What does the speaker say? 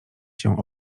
cię